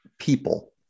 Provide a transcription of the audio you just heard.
people